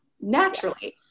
naturally